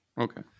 Okay